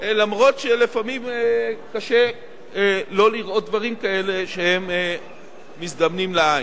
גם אם לפעמים קשה לא לראות דברים כאלה כשהם מזדמנים לעין.